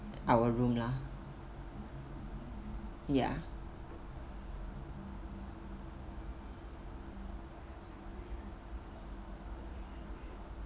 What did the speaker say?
our room lah ya